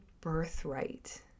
birthright